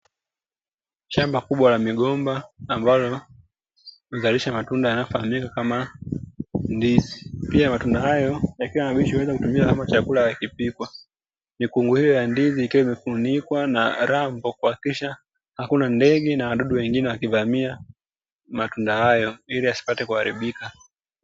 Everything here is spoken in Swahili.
Shamba kubwa la migomba ambalo huzalisha matunda yanayofahamika kama ndizi. Pia matunda hayo yakiwa mabichi huweza kutumika kama chakula yakipikwa. Mikungu hiyo ya ndizi ikiwa imefunikwa na rambo kuhakikisha hakuna ndege na wadudu wengine wakivamia matunda hayo ili yasipate kuharibika.